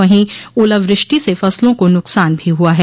वहीं ओलावृष्टि से फसलों को नुकसान भी हुआ है